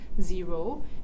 Zero